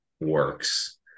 works